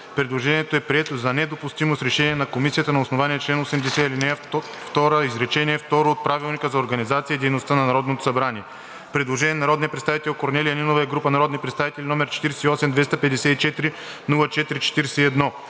Предложението е прието за недопустимо с решение на Комисията на основание чл. 80, ал. 2, изречение второ от Правилника за организацията и дейността на Народното събрание. Предложение на народния представител Корнелия Нинова и група народни представители, № 48-254-04-41.